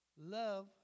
Love